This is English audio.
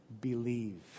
believe